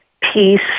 peace